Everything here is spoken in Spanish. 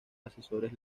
asesores